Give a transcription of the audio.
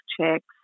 checks